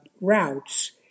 routes